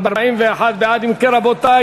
רע"ם-תע"ל-מד"ע,